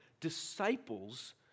disciples